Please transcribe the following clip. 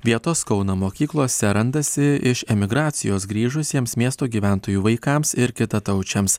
vietos kauno mokyklose randasi iš emigracijos grįžusiems miesto gyventojų vaikams ir kitataučiams